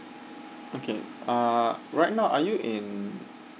okay uh right now are you in